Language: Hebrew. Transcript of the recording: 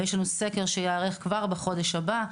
ויש לנו סקר שייערך כבר בחודש הבא,